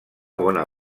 bona